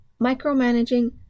micromanaging